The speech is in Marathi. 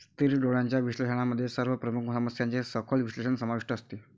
स्थिर डोळ्यांच्या विश्लेषणामध्ये सर्व प्रमुख समस्यांचे सखोल विश्लेषण समाविष्ट असते